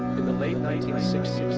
in the late nineteen sixty